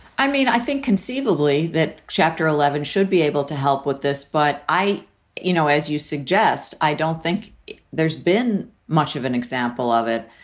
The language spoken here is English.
i mean, i think conceivably that chapter eleven should be able to help with this. but i you know, as you suggest, i don't think there's been much of an example of it.